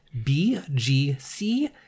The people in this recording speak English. BGC